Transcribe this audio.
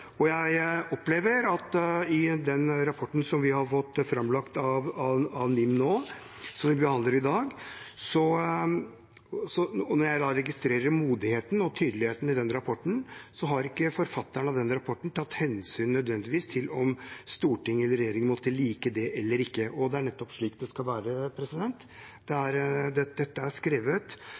nødvendig. Jeg opplever, når jeg registrerer modigheten og tydeligheten i den rapporten vi har fått framlagt av NIM nå, og som vi behandler i dag, at forfatterne ikke nødvendigvis har tatt hensyn til om storting eller regjering måtte like det eller ikke. Og det er nettopp slik det skal være. Dette er skrevet